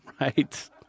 Right